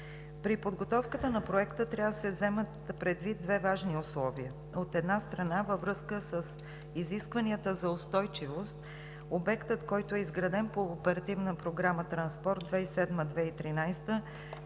При подготовката на проекта трябва да се вземат предвид две важни условия. От една страна, във връзка с изискванията за устойчивост обектът, който е изграден по Оперативна програма „Транспорт“ 2007 – 2013